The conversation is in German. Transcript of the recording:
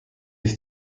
ich